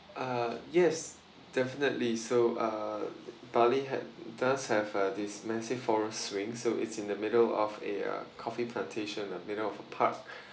uh yes definitely so uh bali had does have a this massive forest swing so it's in the middle of a uh coffee plantation a middle of a park